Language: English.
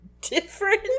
different